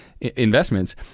investments